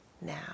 now